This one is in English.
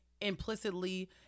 implicitly